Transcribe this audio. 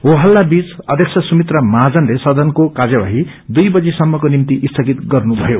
हो हल्ला बीच अध्यक्ष सुमित्रा महाजनले सदनको कार्यवाही दुईबजी सम्मको निम्ति स्थगित गर्नुभयो